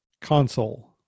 console